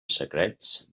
secrets